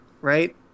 right